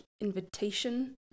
invitation